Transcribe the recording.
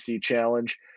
Challenge